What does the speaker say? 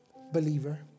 believer